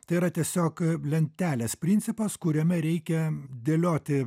tai yra tiesiog lentelės principas kuriame reikia dėlioti